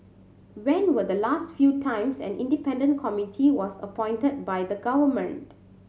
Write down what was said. when were the last few times an independent committee was appointed by the government